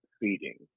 feeding